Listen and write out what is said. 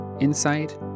Insight